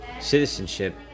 citizenship